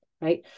right